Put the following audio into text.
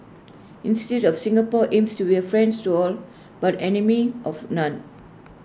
instead of Singapore aims to be A friends to all but enemy of none